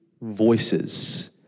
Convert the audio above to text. voices